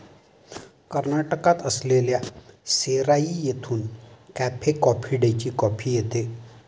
कर्नाटकात असलेल्या सेराई येथून कॅफे कॉफी डेची कॉफी येते